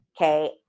Okay